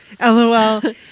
lol